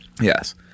Yes